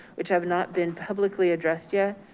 which have not been publicly addressed yet.